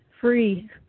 free